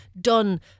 done